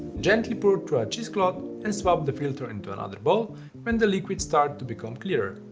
gently pour through a cheesecloth and swap the filter into another bowl when the liquid starts to become clearer.